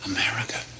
America